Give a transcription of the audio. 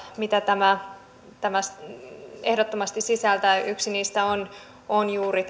mitä tämä ehdottomasti sisältää yksi niistä on on juuri